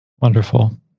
Wonderful